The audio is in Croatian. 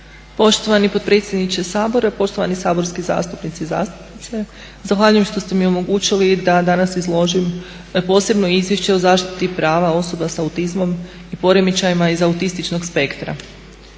Poštovani potpredsjedniče Sabora, poštovani saborski zastupnici i zastupnice. Zahvaljujem što ste mi omogućili da danas izložim Posebno izvješće o zaštiti prava osoba sa autizmom i poremećajima iz autističnog spektra.